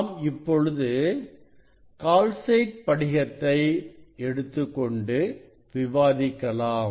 நாம் இப்பொழுது கால்சைட் படிகத்தை எடுத்துக்கொண்டு விவாதிக்கலாம்